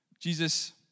Jesus